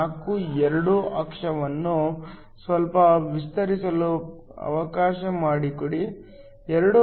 4 2 ಅಕ್ಷವನ್ನು ಸ್ವಲ್ಪ ವಿಸ್ತರಿಸಲು ಅವಕಾಶ ಮಾಡಿಕೊಡಿ 2